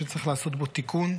שצריך לעשות בו תיקון.